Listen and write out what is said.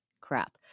crap